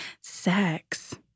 sex